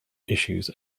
issues